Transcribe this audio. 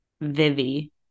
Vivi